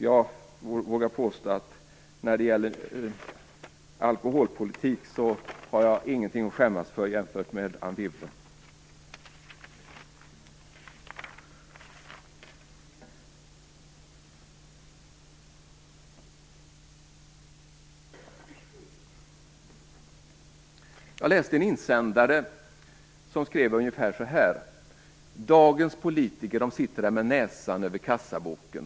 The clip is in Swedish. Jag vågar påstå att när det gäller alkoholpolitik har jag ingenting att skämmas för jämfört med Anne Wibble. Jag läste en insändare där det stod ungefär så här: Dagens politiker sitter med näsan över kassaboken.